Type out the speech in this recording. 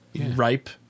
ripe